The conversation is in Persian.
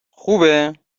خوبه